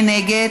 מי נגד?